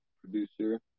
producer